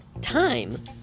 time